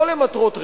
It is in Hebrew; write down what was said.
לא למטרות רווח,